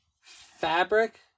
fabric